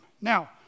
Now